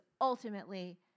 ultimately